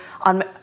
on